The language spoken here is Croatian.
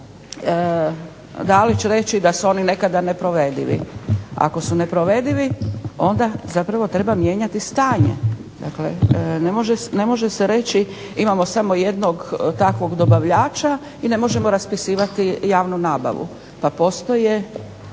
kolegica Dalić reći da su oni nekada ne provedivi. Ako su neprovedivi onda treba mijenjati stanje, dakle ne može se reći imamo samo jednog takvog dobavljača i ne možemo raspisivati javnu nabavu. Pa postoje